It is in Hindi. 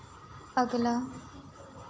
अगला